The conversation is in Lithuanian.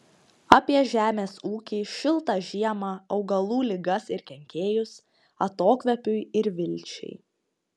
apie žemės ūkį šiltą žiemą augalų ligas ir kenkėjus atokvėpiui ir vilčiai